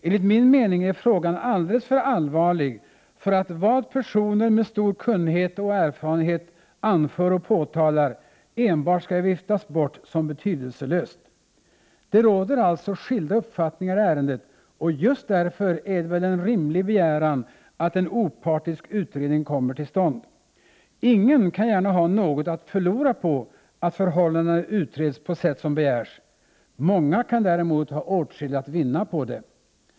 Enligt min mening är frågan alldeles för allvarlig för att vad personer med stor kunnighet och erfarenhet anför och påtalar enbart skall viftas bort som betydelselöst. Det råder alltså skilda uppfattningar i ärendet och just därför är det väl en rimlig begäran, att en opartisk utredning kommer till stånd. Ingen kan gärna ha något att förlora på att förhållandena utreds på sätt som begärs — många kan däremot ha åtskilligt att vinna på det.